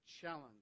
challenge